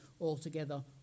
altogether